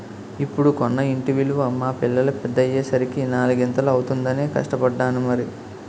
ఇప్పుడు కొన్న ఇంటి విలువ మా పిల్లలు పెద్దయ్యే సరికి నాలిగింతలు అవుతుందనే కష్టపడ్డాను మరి